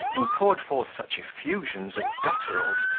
and poured forth such effusions of gutturals,